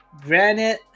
Granite